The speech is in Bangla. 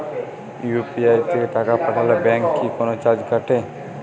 ইউ.পি.আই তে টাকা পাঠালে ব্যাংক কি কোনো চার্জ কাটে?